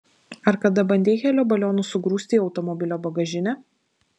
ar kada bandei helio balionus sugrūsti į automobilio bagažinę